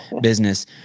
business